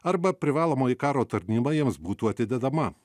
arba privalomoji karo tarnyba jiems būtų atidedama